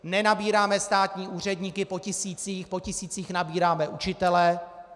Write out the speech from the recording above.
Nenabíráme státní úředníky po tisících, po tisících nabíráme učitele.